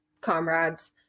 comrades